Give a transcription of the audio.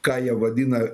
ką jie vadina